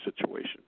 situation